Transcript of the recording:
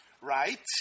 right